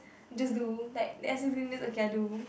just do like they ask me do this okay then I do